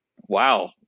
wow